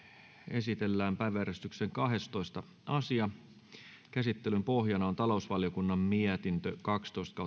esitellään päiväjärjestyksen kahdestoista asia käsittelyn pohjana on talousvaliokunnan mietintö kaksitoista